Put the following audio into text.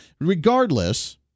Regardless